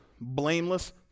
blameless